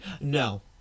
no